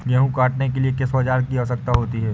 गेहूँ काटने के लिए किस औजार की आवश्यकता होती है?